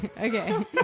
okay